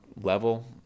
level